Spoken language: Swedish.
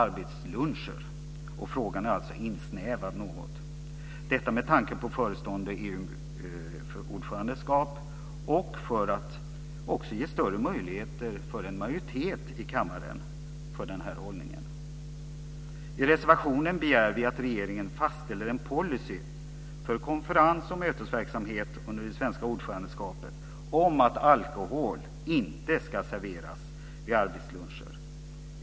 Motionen har väckts med tanke på förestående EU-ordförandeskap och också för att ge större möjligheter för en majoritet i kammaren för denna hållning. I reservationen begär vi att regeringen fastställer en policy för konferens och mötesverksamhet under det svenska ordförandeskapet om att alkohol inte ska serveras vid arbetsluncher.